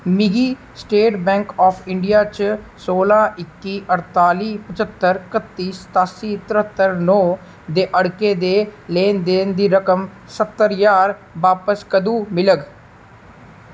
मिगी State Bank of India च सोलां इक्की अडताली पच्हत्तर कत्ती सतासी तेहत्तर नौ दे अड़के दे लैन देन दी रकम सह्त्तर ज्हार बापस कदूं मिलग